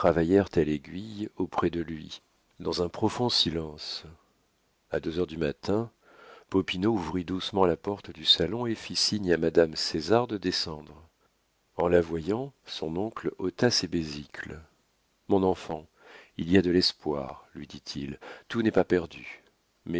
à l'aiguille auprès de lui dans un profond silence a deux heures du matin popinot ouvrit doucement la porte du salon et fit signe à madame césar de descendre en la voyant son oncle ôta ses besicles mon enfant il y a de l'espoir lui dit-il tout n'est pas perdu